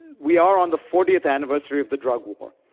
we are on the fortieth anniversary of the drug war.